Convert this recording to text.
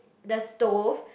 the stove